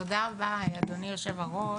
תודה רבה, אדוני היושב-ראש.